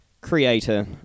creator